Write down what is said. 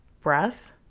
breath